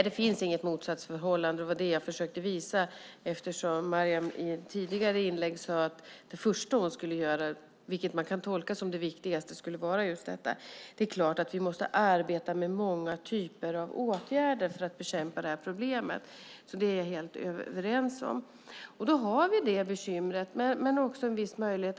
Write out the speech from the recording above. Det finns inget motsatsförhållande, och det var det jag försökte visa eftersom Maryam i ett tidigare inlägg sade att det första hon skulle göra, vilket man kan tolka som det viktigaste, skulle vara just detta. Det är klart att vi måste arbeta med många typer av åtgärder för att bekämpa det här problemet. Det är vi helt överens om. Vi har det här bekymret men också en viss möjlighet.